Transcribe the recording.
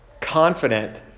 Confident